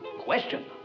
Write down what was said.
Question